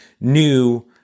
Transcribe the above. new